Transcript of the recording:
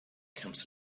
comes